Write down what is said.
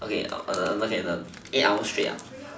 okay err okay the eight hours straight ah